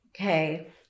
Okay